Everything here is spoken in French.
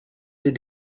des